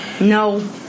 No